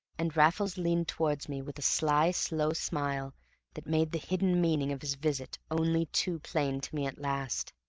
and raffles leaned towards me with a sly, slow smile that made the hidden meaning of his visit only too plain to me at last.